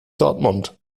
dortmund